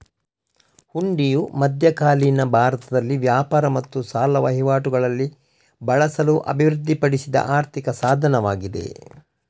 ಹುಂಡಿಯು ಮಧ್ಯಕಾಲೀನ ಭಾರತದಲ್ಲಿ ವ್ಯಾಪಾರ ಮತ್ತು ಸಾಲ ವಹಿವಾಟುಗಳಲ್ಲಿ ಬಳಸಲು ಅಭಿವೃದ್ಧಿಪಡಿಸಿದ ಆರ್ಥಿಕ ಸಾಧನವಾಗಿದೆ